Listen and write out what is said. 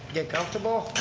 get comfortable.